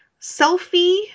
selfie